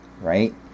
Right